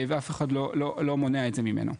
ואף אחד לא מונע את זה ממנו.